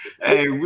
Hey